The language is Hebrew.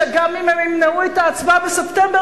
שגם אם הם ימנעו את ההצבעה בספטמבר,